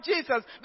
Jesus